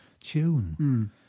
tune